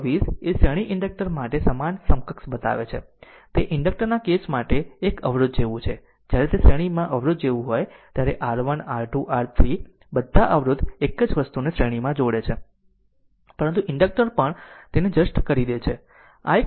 તેથી સમીકરણ 24 એ શ્રેણી ઇન્ડક્ટર માટે સમાન સમકક્ષ બતાવે છે તે ઇન્ડક્ટર ના કેસ માટે આ એક અવરોધ જેવું છે જ્યારે તે શ્રેણીમાં અવરોધ જેવું હોય છે જ્યારે R1 R2 R3 બધા અવરોધ એક જ વસ્તુને શ્રેણીમાં જોડે છે પરંતુ ઇન્ડક્ટર પણ તેને જસ્ટ કરી દે છે